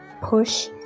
push